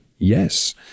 Yes